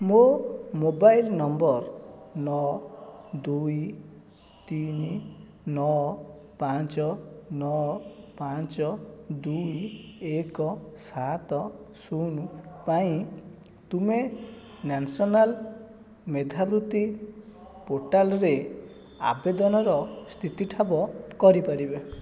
ମୋ mobile number ନଅ ଦୁଇ ତିନି ନଅ ପାଞ୍ଚ ନଅ ପାଞ୍ଚ ଦୁଇ ଏକ ସାତ ଶୂନ ପାଇଁ ତୁମେ ନ୍ୟାସନାଲ୍ ମେଧାବୃତ୍ତି ପୋର୍ଟାଲ୍ରେ ଆବେଦନର ସ୍ଥିତି ଠାବ କରି ପାରିବେ